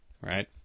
right